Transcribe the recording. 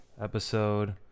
episode